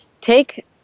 take